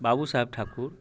Babu Saheb Thakur